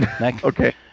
Okay